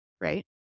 right